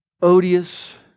odious